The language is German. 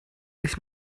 ich